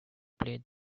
play